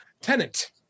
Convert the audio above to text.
Tenant